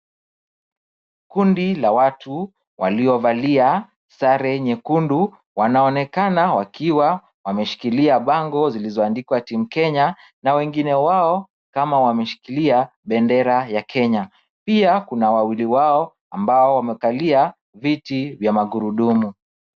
Kundi la watu waliovalia sare nyekundu wanaonekana wakiwa wameshikilia bango zilizoandikwa team Kenya na wengine wao kama wameshikilia bendera ya Kenya. Pia, kuna wawili wao ambao wamekalia viti vya magurudumu.